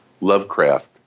Lovecraft